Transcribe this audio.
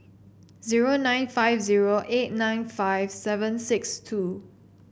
zero nine zero five eight nine five seven six two